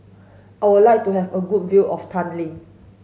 I would like to have a good view of Tallinn